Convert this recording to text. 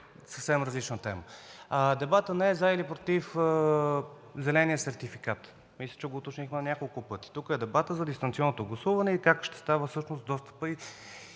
съвсем различна тема. Дебатът не е за или против зеления сертификат, мисля, че го уточнихме няколко пъти. Тук дебатът е за дистанционното гласуване и как ще става всъщност